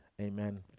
Amen